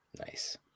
Nice